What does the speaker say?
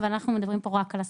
אבל אנחנו מדברים פה רק על הסמכה.